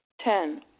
Ten